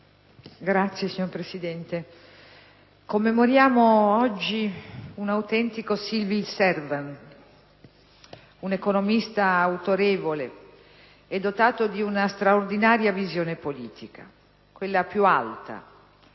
*(PdL)*. Signor Presidente, commemoriamo oggi un autentico *civil servant*, un economista autorevole e dotato di una straordinaria visione politica, quella più alta,